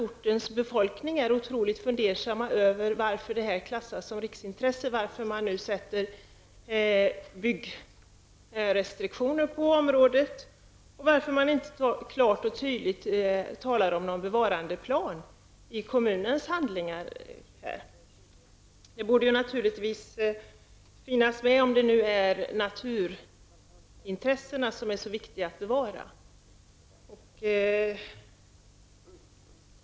Ortens befolkning är naturligtvis mycket fundersamma över varför området har klassats som riksintresse med byggrestriktioner. Varför talas det inte klart och tydligt om en bevarandeplan i kommunens handlingar? Det borde finnas med om det är naturintresset som är så viktigt att bevara.